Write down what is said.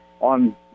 on